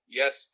yes